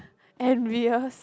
every years